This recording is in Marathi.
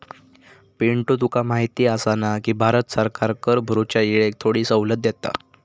पिंटू तुका माहिती आसा ना, की भारत सरकार कर भरूच्या येळेक थोडी सवलत देता